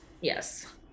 Yes